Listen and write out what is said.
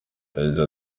yagize